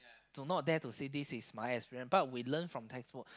do not dare to say this is my experience but we learn from textbooks